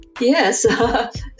Yes